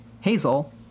Hazel